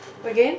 again